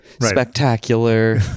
spectacular